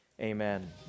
Amen